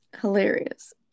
Hilarious